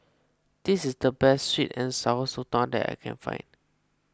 this is the best Sweet and Sour Sotong that I can find